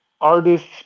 artists